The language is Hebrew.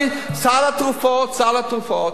סל התרופות, סל התרופות.